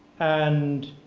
and